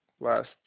last